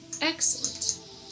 excellent